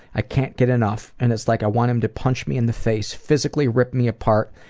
i can't get enough and it's like i want him to punch me in the face, physically rip me apart,